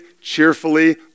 cheerfully